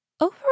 Over